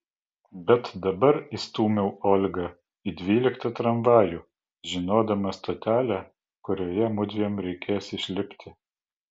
bet dabar įstūmiau olgą į dvyliktą tramvajų žinodama stotelę kurioje mudviem reikės išlipti